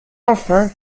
enfin